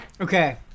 Okay